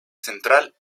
central